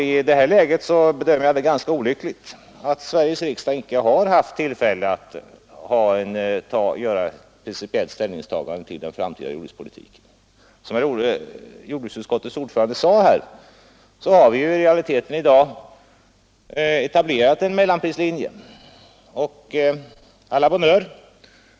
I det här läget bedömer jag det ganska olyckligt att Sveriges riksdag icke har haft tillfälle till ett principiellt ställningstagande till den framtida jordbrukspolitiken. Som jordbruksutskottets ordförande framhöll har vi i realiteten i dag etablerat en mellanprislinje. A la bonne heure!